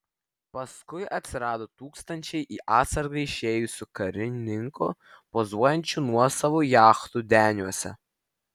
paskui atsirado tūkstančiai į atsargą išėjusių karininkų pozuojančių nuosavų jachtų deniuose